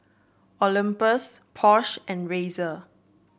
Olympus Porsche and Razer